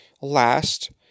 last